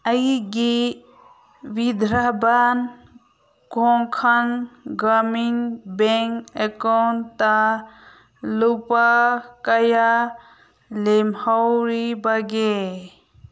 ꯑꯩꯒꯤ ꯕꯤꯗ꯭ꯔꯥꯕꯥꯟ ꯀꯣꯟꯈꯥꯟ ꯒ꯭ꯔꯥꯃꯤꯡ ꯕꯦꯡ ꯑꯦꯛꯀꯥꯎꯟꯗ ꯂꯨꯄꯥ ꯀꯌꯥ ꯂꯦꯝꯍꯧꯔꯤꯕꯒꯦ